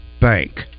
Bank